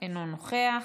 אינו נוכח.